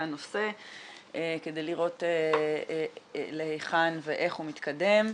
הנושא כדי לראות להיכן ואיך הוא מתקדם.